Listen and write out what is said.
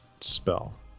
spell